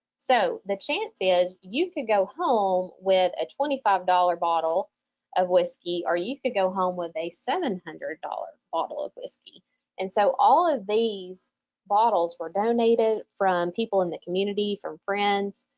so the chance is you could go home with a twenty five dollars bottle of whiskey, or you could go home with a seven hundred dollars bottle of whiskey and so all of these bottles were donated from people in the community, from friends.